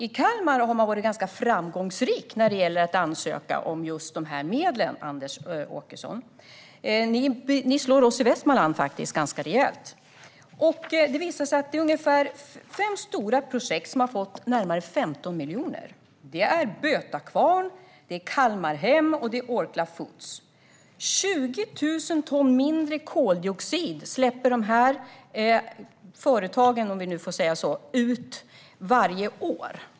I Kalmar har man varit ganska framgångsrik när det gäller att ansöka om dessa medel, Anders Åkesson. Ni slår faktiskt oss i Västmanland ganska rejält. Det visar sig att det är ungefär fem stora projekt som har fått närmare 15 miljoner: Det är Böta Kvarn, det är Kalmarhem och det är Orkla Foods. Dessa företag, om jag får säga så, släpper ut 20 000 ton mindre koldioxid varje år.